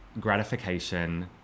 gratification